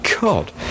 God